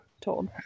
told